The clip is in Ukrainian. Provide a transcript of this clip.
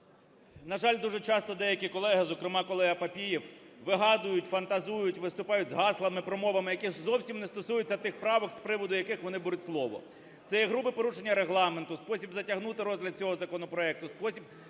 На жаль, дуже часто деякі колеги, зокрема, колега Папієв, вигадують, фантазують, виступають з гаслами, промовами, які зовсім не стосуються тих правок, з приводу яких вони беруть слово. Це є грубе порушення Регламенту, спосіб затягнути розгляд цього законопроекту, спосіб